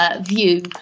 view